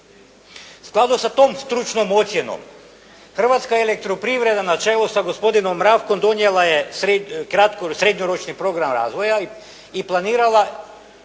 skladu sa tom stručnom ocjenom Hrvatska elektroprivreda na čelu sa gospodinom Mravkom donijela je srednjoročni program razvoja i planirala